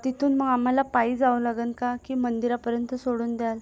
तिथून मग आम्हाला पायी जावं लागन का की मंदिरापर्यंत सोडून द्याल